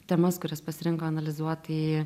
temas kurias pasirinko analizuot tai